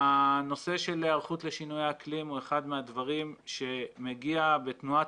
הנושא של היערכות לשינויי אקלים הוא אחד מהדברים שמגיע בתנועת